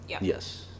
Yes